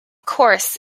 course